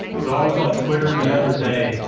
so i was on twitter the other day,